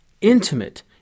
intimate